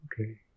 Okay